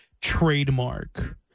Trademark